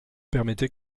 permettez